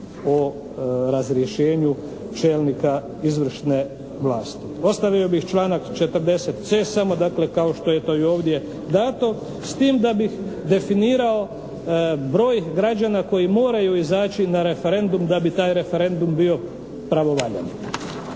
o razrješenju čelnika izvršne vlasti. Ostavio bih članak 40.c samo dakle kao što je to i ovdje dato, s tim da bih definirao broj građana koji moraju izaći na referendum da bi taj referendum bio pravovaljan.